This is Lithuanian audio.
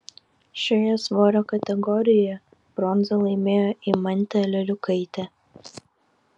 šioje svorio kategorijoje bronzą laimėjo eimantė leliukaitė